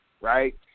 right